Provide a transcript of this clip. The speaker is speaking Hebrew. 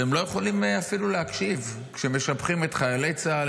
שהם לא יכולים אפילו להקשיב כשמשבחים את חיילי צה"ל,